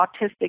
autistic